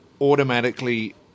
automatically